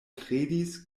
kredis